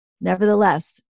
Nevertheless